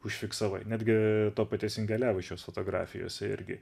užfiksavai netgi to paties ingelevičiaus fotografijose irgi